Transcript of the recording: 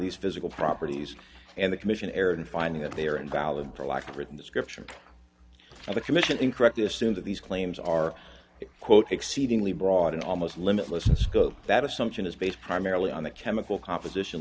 these physical properties and the commission erred finding that they are invalid for lack of written description of the commission incorrectly assume that these claims are quote exceedingly broad and almost limitless in scope that assumption is based primarily on the chemical composition